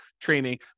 training